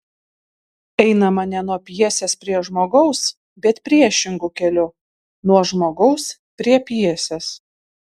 einama ne nuo pjesės prie žmogaus bet priešingu keliu nuo žmogaus prie pjesės